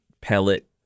pellet